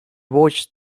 watched